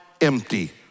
empty